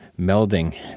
melding